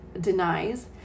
denies